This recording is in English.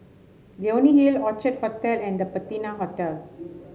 Leonie Hill Orchid Hotel and The Patina Hotel